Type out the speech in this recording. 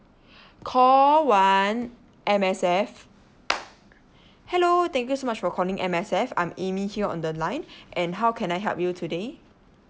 call one M_S_F hello thank you so much for calling M_S_F I'm Amy here on the line and how can I help you today